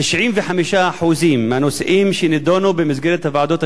ב-95% מהנושאים שנדונו במסגרת הוועדות השונות,